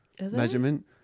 measurement